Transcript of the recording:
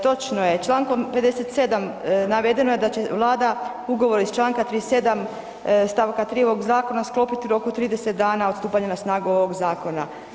Točno je, Člankom 57. navedeno je da će Vlada ugovore iz Članka 37. stavka 3. ovog zakona sklopit u roku od 30 dana od stupanja na snagu ovog zakona.